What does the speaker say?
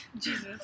Jesus